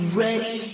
ready